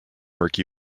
murky